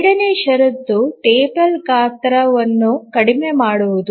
ಎರಡನೆಯ ಷರತ್ತು ಟೇಬಲ್ ಗಾತ್ರವನ್ನು ಕಡಿಮೆ ಮಾಡುವುದು